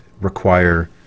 require